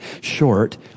short